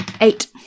Eight